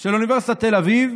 של אוניברסיטת תל אביב